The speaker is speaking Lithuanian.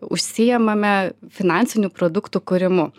užsiimame finansinių produktų kūrimu